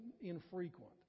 infrequent